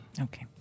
okay